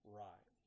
right